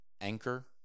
anchor